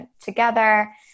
together